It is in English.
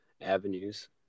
avenues